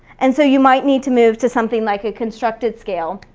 and so you might need to move to something like a constructed scale.